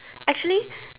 actually